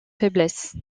faiblesse